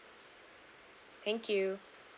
thank you